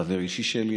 הוא חבר אישי שלי,